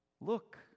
Look